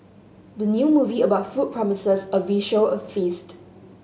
the new movie about food promises a visual feast